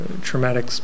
traumatic